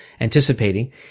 anticipating